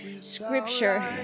scripture